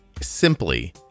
simply